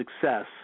success